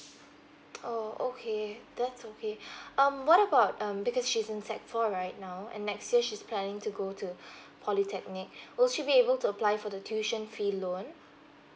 oh okay that's okay um what about um because she's in sec four right now and next year she's planning to go to polytechnic will she be able to apply for the tuition fee loan